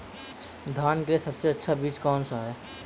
धान के लिए सबसे अच्छा बीज कौन सा है?